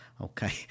Okay